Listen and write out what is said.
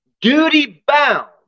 duty-bound